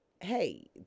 Hey